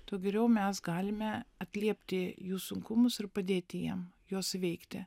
tuo geriau mes galime atliepti jų sunkumus ir padėti jiem juos įveikti